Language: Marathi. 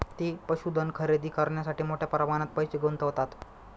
ते पशुधन खरेदी करण्यासाठी मोठ्या प्रमाणात पैसे गुंतवतात